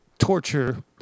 Torture